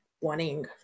wanting